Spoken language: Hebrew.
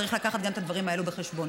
צריך לקחת גם את הדברים האלה בחשבון.